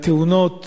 התאונות